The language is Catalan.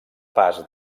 pas